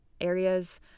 areas